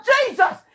Jesus